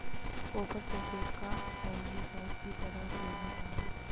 copper sulphate का algicide की तरह उपयोग होता है